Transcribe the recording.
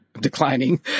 declining